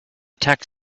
tax